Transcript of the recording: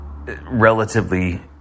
relatively